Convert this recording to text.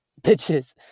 bitches